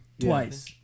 twice